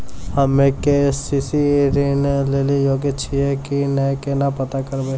हम्मे के.सी.सी ऋण लेली योग्य छियै की नैय केना पता करबै?